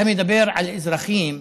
אתה מדבר על אזרחים,